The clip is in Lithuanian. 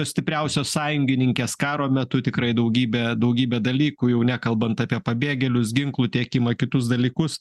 stipriausios sąjungininkės karo metu tikrai daugybė daugybė dalykų jau nekalbant apie pabėgėlius ginklų tiekimą kitus dalykus